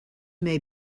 may